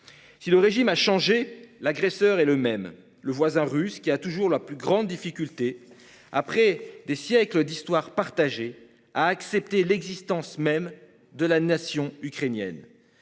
Si le régime a changé. L'agresseur est le même, le voisin russe qui a toujours la plus grande difficulté après des siècles d'histoire partagée à accepter l'existence même de la nation ukrainienne.